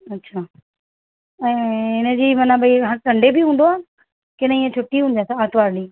अच्छा ऐं हिनजी मतिलबु ॿई हा संडे बि हूंदो आहे की न ईअं छुटी हूंदी त आरितवारु ॾींहुं